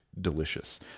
delicious